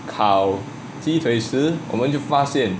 烤鸡腿时我们就发现